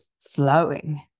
flowing